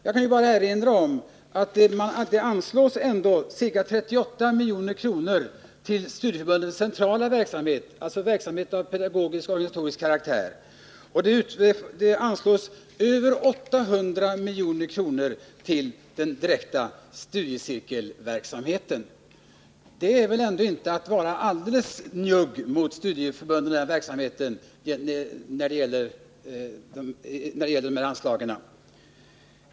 Jag vill bara erinra om att det ändå anslås ca 38 milj.kr. till studieförbundens centrala verksamhet — alltså verksamhet av pedagogisk och organisatorisk karaktär — och över 800 milj.kr. till den direkta studiecirkelverksamheten. Det är väl ändå tecken på att man inte är så njugg mot studieförbunden när det gäller anslagen.